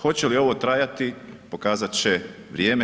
Hoće li ovo trajati pokazat će vrijeme.